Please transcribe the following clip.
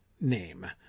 name